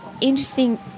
interesting